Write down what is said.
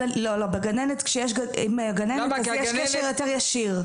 לא, לא, בגננת, אם הגננת אז יש קשר יותר ישיר.